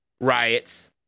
riots